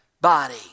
body